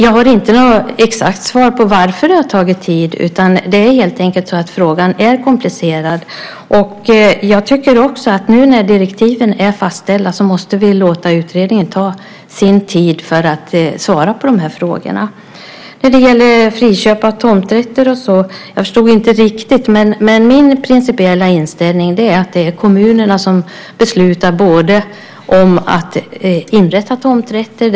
Jag har inte något exakt svar på varför det har tagit tid. Det är helt enkelt så att frågan är komplicerad. Nu när direktiven är fastställda måste vi låta utredningen ta sin tid för att svara på frågorna. När det gäller friköp av tomträtter förstod jag inte riktigt frågan. Min principiella inställning är att det är kommunerna som beslutar om att inrätta tomträtter.